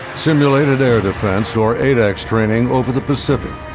simulated air defense, or adex training over the pacific.